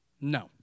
No